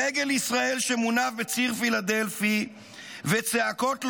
דגל ישראל שמונף בציר פילדלפי וצעקות לוחם,